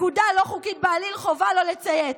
לפקודה לא חוקית בעליל חובה לא לציית.